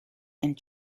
and